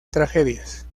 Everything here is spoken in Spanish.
tragedias